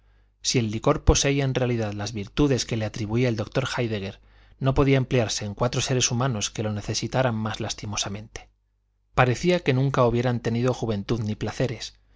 si el licor poseía en realidad las virtudes que le atribuía el doctor héidegger no podía emplearse en cuatro seres humanos que lo necesitaran más lastimosamente parecía que nunca hubieran tenido juventud ni placeres